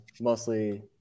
mostly